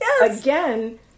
again